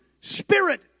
spirit